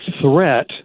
threat